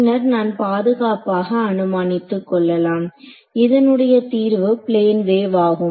பின்னர் நான் பாதுகாப்பாக அனுமானித்துக் கொள்ளலாம் இதனுடைய தீர்வு பிளேன் வேவ் ஆகும்